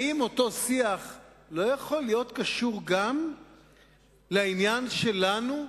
האם אותו שיח לא יכול להיות קשור גם לעניין שלנו,